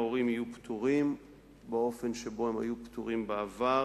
ההורים במגזר הדרוזי יהיו פטורים באופן שבו הם היו פטורים בעבר,